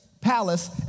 palace